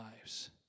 lives